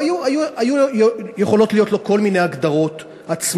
היו יכולות להיות לו כל מיני הגדרות עצמיות.